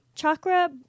Chakra